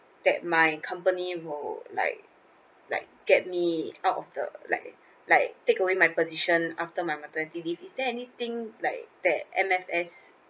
that my company will like like get me out of the like like take away my position after my maternity leave is there anything like that M_S_F